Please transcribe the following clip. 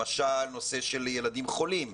למשל נושא של ילדים חולים,